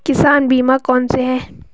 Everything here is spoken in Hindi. किसान बीमा कौनसे हैं?